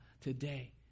today